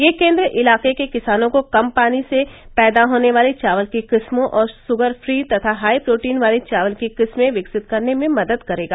यह केन्द्र इलाके के किसानों को कम पानी से पैदा होने वाली चावल की किस्मों और सुगर फ्री तथा हाईप्रोटीन वाली चावल की किस्में विकसित करने में मदद करेगा